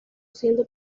siendo